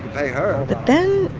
pay her but then,